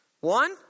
One